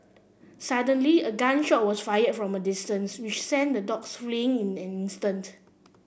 suddenly a gun shot was fired from a distance which sent the dogs fleeing in an instant